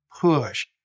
push